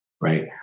right